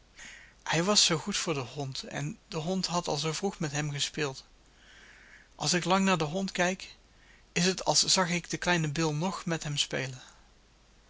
hij was zoo goed voor den hond en de hond had al zoo vroeg met hem gespeeld als ik lang naar den hond kijk is het als zag ik den kleinen bill ng met hem spelen